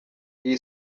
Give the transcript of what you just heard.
iyi